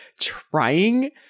trying